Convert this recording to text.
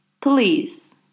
please